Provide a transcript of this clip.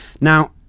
Now